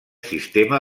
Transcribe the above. sistema